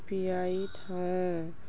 ପିଆଇଥାଉ